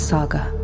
Saga